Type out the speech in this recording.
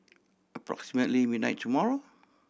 approximately midnight tomorrow